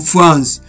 France